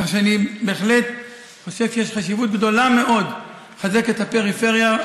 כך שאני בהחלט חושב שיש חשיבות גדולה מאוד לחזק את הפריפריה,